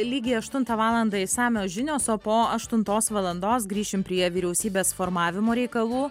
lygiai aštuntą valandą išsamios žinios o po aštuntos valandos grįšim prie vyriausybės formavimo reikalų